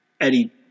Eddie